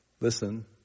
listen